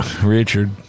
Richard